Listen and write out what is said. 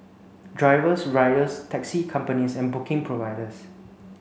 drivers riders taxi companies and booking providers